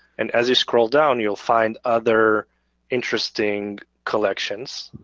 and as you scroll down you'll find other interesting collections.